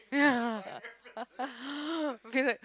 yeah be like